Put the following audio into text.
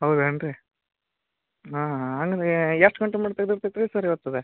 ಹೌದೇನು ರೀ ಅಂಗ್ನೇ ಎಷ್ಟು ಗಂಟೆ ಮಟ ತೆಗ್ದೈತೆ ಐತೆ ರೀ ಸರ್ ಇವತ್ತದು